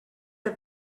are